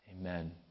Amen